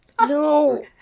No